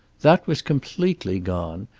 that was completely gone.